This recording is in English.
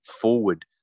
forward